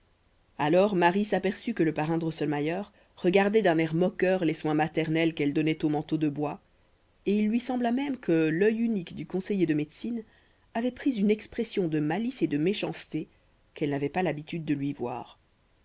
alors marie s'aperçut que le parrain drosselmayer regardait d'un air moqueur les soins maternels qu'elle donnait au manteau de bois et il lui sembla même que l'œil unique du conseiller de médecine avait pris une expression de malice et de méchanceté qu'elle n'avait pas l'habitude de lui voir